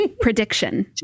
Prediction